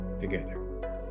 together